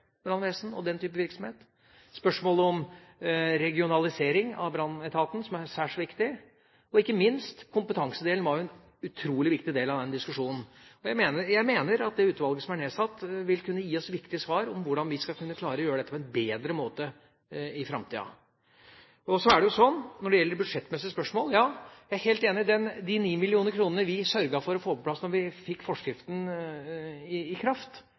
og den type virksomhet – til spørsmålet om regionalisering av brannetaten, som er særs viktig. Og ikke minst var kompetansedelen en utrolig viktig del av den diskusjonen. Jeg mener at det utvalget som er nedsatt, vil kunne gi oss viktige svar på hvordan vi skal kunne klare å gjøre dette på en bedre måte i framtida. Så er det jo slik når det gjelder de budsjettmessige spørsmål: Ja, jeg er helt enig når det gjelder de ni millioner kronene vi sørget for å få på plass da forskriften ble satt i